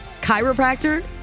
chiropractor